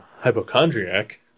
Hypochondriac